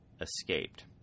escaped